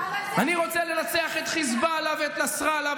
אני רוצה לנצח את חיזבאללה ואת נסראללה,